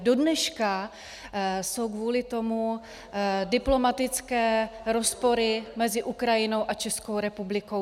Dodneška jsou kvůli tomu diplomatické rozpory mezi Ukrajinou a Českou republikou.